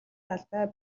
талбай